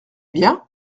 bien